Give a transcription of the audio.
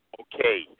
Okay